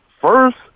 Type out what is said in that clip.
first